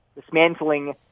dismantling